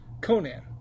Conan